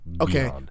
okay